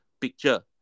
picture